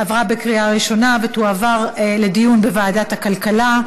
עברה בקריאה ראשונה ותועבר לדיון בוועדת הכלכלה.